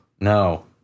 no